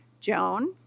Joan